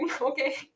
Okay